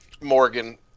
Morgan